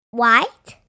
white